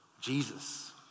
Jesus